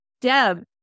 Deb